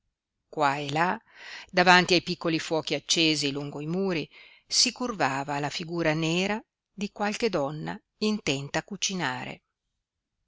qua e là davanti ai piccoli fuochi accesi lungo i muri si curvava